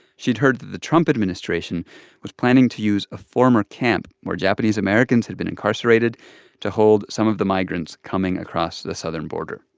she'd heard that the trump administration was planning to use a former camp where japanese americans had been incarcerated to hold some of the migrants coming across the southern border.